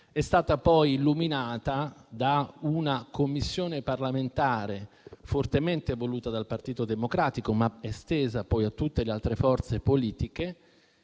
è stata poi illuminata da una Commissione parlamentare fortemente voluta dal Partito Democratico, ma estesa poi a tutte le altre forze politiche,